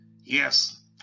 Yes